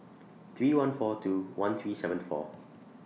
three one four two one three seven four